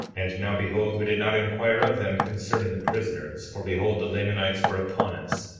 and now behold, we did not inquire of them concerning the prisoners for behold, the lamanites were upon us,